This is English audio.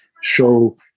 show